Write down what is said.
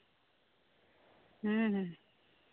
ᱦᱩᱸ ᱦᱩᱸ